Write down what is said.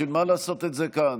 בשביל מה לעשות את זה כאן?